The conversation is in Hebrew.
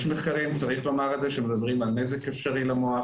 כשיש לך רגולטור שגם עושה רגולציה פרטנית לגבי החולה